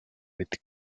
with